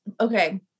Okay